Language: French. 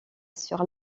sur